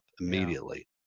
immediately